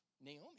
Naomi